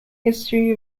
history